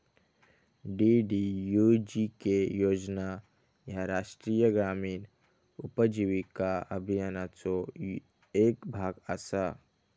DDUGK योजना ह्या राष्ट्रीय ग्रामीण उपजीविका अभियानाचो येक भाग असा